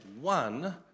one